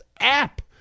app